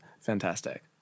Fantastic